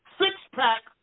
six-pack